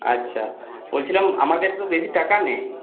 আচ্ছা বলছিলাম আমার কাছে তো বেশি টাকা নেই